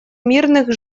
мирных